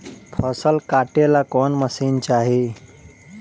फसल काटेला कौन मशीन चाही?